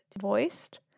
voiced